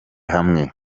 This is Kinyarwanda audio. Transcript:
hamwe